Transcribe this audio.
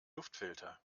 luftfilter